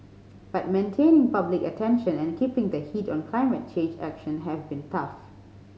but maintaining public attention and keeping the heat on climate change action have been tough